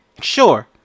sure